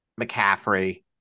McCaffrey